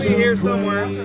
here somewhere